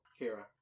kira